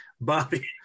Bobby